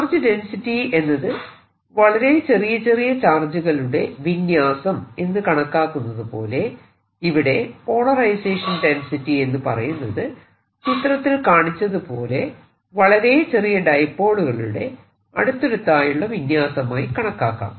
charge density എന്നത് വളരെ ചെറിയ ചെറിയ ചാർജുകളുടെ വിന്യാസം എന്ന് കണക്കാക്കുന്നതുപോലെ ഇവിടെ പോളറൈസേഷൻ ഡെൻസിറ്റി എന്ന് പറയുന്നത് ചിത്രത്തിൽ കാണിച്ചതുപോലെ വളരെ ചെറിയ ഡൈപോളുകളുടെ അടുത്തടുത്തായുള്ള വിന്യാസമായി കണക്കാക്കാം